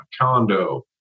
condo